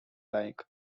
like